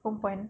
perempuan